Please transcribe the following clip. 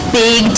big